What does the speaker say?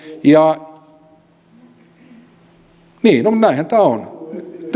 ja niin no mutta näinhän tämä on